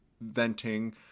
venting